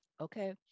okay